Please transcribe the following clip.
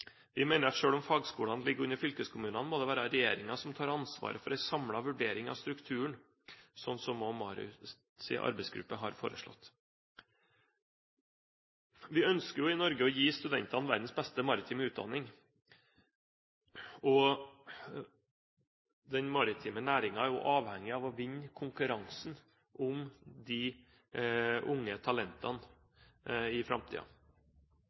ligger under fylkeskommunene, må det være regjeringen som tar ansvaret for en samlet vurdering av strukturen, slik som også MARUTs arbeidsgruppe har foreslått. Vi ønsker jo i Norge å gi studentene verdens beste maritime utdanning, og den maritime næringen er også avhengig av å vinne konkurransen om de unge talentene i